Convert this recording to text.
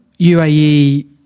UAE